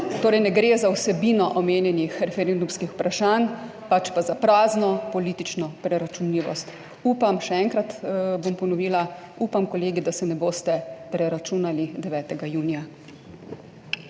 torej ne gre za vsebino omenjenih referendumskih vprašanj pač pa za prazno politično preračunljivost. Upam, še enkrat bom ponovila, upam, kolegi, da se ne boste preračunali 9. junija.